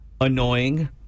annoying